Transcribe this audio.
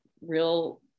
real